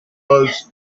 was